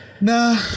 nah